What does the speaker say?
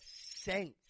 Saints